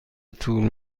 طول